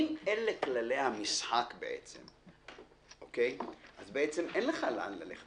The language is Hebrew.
אם אלה כללי המשחק אז בעצם אין לך לאן ללכת.